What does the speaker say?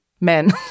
Men